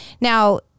Now